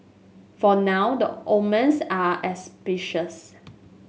for now the omens are auspicious